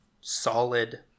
solid